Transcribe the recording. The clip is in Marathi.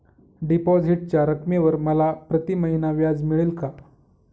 डिपॉझिटच्या रकमेवर मला प्रतिमहिना व्याज मिळेल का?